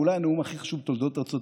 ואולי הנאום הכי חשוב בתולדות ארצות